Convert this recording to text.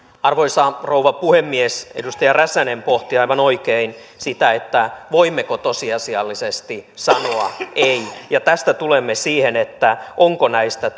arvoisa rouva puhemies edustaja räsänen pohti aivan oikein sitä voimmeko tosiasiallisesti sanoa ei tästä tulemme siihen onko näistä